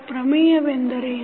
ಪ್ರಮೇಯವೆಂದರೇನು